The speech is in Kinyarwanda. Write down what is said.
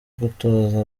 gutoza